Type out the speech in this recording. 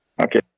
Okay